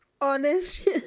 honest